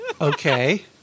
Okay